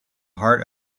heart